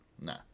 Nah